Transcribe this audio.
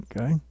okay